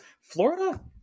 Florida